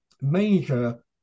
major